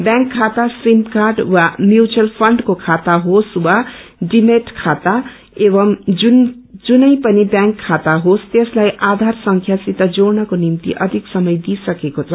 bank खाता सिमकाङ वा म्यूचल फण्डको खाता होस वा डिमाण्ट खाता एवं जुनै पनि ब्यांक खाता होस त्यसलाई आधार संख्यासित जोड्नको निम्ति अधिक समय दिइसकेको छ